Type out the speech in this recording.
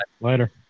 Later